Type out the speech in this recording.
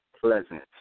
pleasant